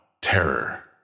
Terror